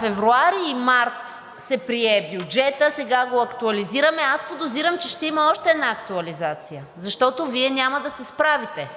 февруари и март се прие бюджетът, сега го актуализираме. Аз подозирам, че ще има още една актуализация, защото Вие няма да се справите,